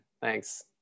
Thanks